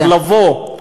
תודה.